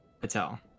Patel